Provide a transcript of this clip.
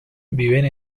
viven